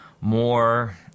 more